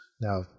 Now